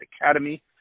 Academy